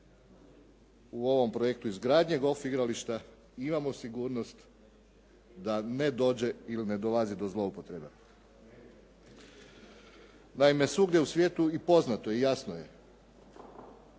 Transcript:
u ovom projektu izgradnje golf igrališta imamo sigurnost da ne dođe ili ne dolazi do zloupotrebe. Naime svugdje u svijetu i poznato je i jasno je,